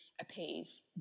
appease